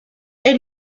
elle